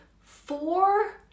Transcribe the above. four